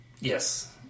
Yes